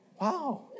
wow